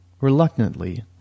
reluctantly